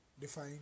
define